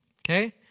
Okay